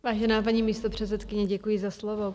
Vážená paní místopředsedkyně, děkuji za slovo.